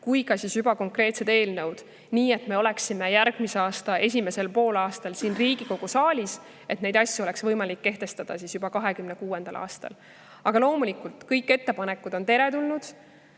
kui ka konkreetsed eelnõud, nii et me oleksime järgmise aasta esimesel poolaastal siin Riigikogu saalis, et neid asju oleks võimalik kehtestada juba 2026. aastal. Aga loomulikult on kõik ettepanekud teretulnud.